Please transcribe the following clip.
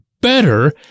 better